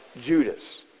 Judas